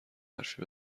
حرفی